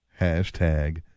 hashtag